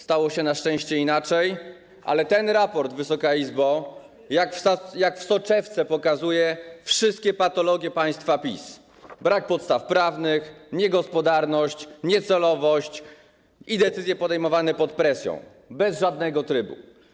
Stało się na szczęście inaczej, ale ten raport, Wysoka Izbo, jak w soczewce pokazuje wszystkie patologie państwa PiS: brak podstaw prawnych, niegospodarność, niecelowość i decyzje podejmowane pod presją, bez żadnego trybu.